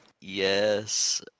Yes